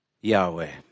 Yahweh